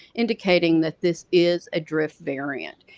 indicating that this is a drift variant.